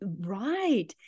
right